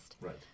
Right